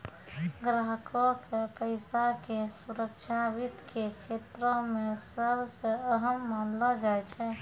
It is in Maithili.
ग्राहको के पैसा के सुरक्षा वित्त के क्षेत्रो मे सभ से अहम मानलो जाय छै